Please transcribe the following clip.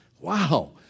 Wow